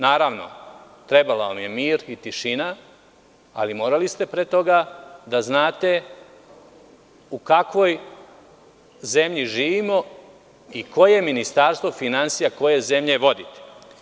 Naravno, trebao vam je mir i tišina, ali morali ste pre toga da znate u kakvoj zemlji živimo i koje Ministarstvo finansija koje zemlje vodite.